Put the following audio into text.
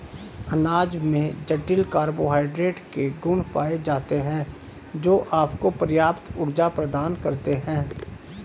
अनाज में जटिल कार्बोहाइड्रेट के गुण पाए जाते हैं, जो आपको पर्याप्त ऊर्जा प्रदान करते हैं